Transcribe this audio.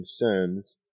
concerns